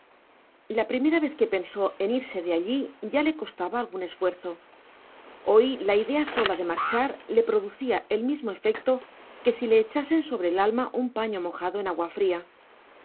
la primera vez que pensó en irse de allí ya le costaba algún esfuerzo hoy la idea sola de marchar le producía el mismo efecto que si le echasen sobre el alma un paño mojado en agua fría